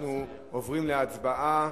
אנחנו עוברים להצבעה,